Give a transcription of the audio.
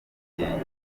ubwigenge